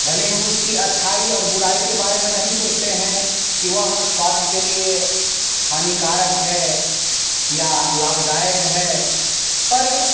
भले ही उसकी अच्छाई और बुराई के बारे में नहीं सोचते हैं कि वह स्वास्थ्य के लिए हानिकारक है या लाभदायक है पर